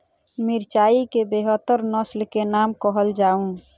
मिर्चाई केँ बेहतर नस्ल केँ नाम कहल जाउ?